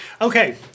Okay